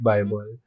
Bible